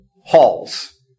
halls